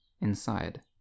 inside